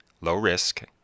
low-risk